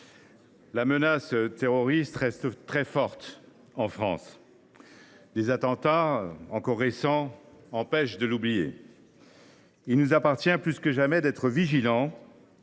la menace terroriste reste très forte en France ; des attentats encore récents nous empêchent de l’oublier. Il nous appartient plus que jamais d’être vigilants